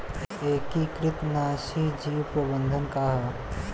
एकीकृत नाशी जीव प्रबंधन का ह?